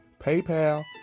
PayPal